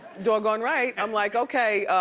doggone right. i'm like okay,